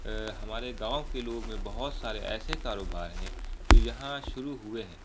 ہمارے گاؤں کے لوگ میں بہت سارے ایسے کاروبار ہیں جو یہاں شروع ہوئے ہیں